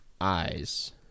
eyes